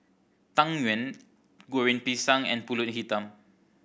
Tang Yuen Goreng Pisang and Pulut Hitam